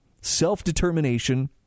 self-determination